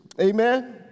Amen